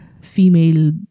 female